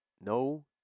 No